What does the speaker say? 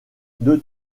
deux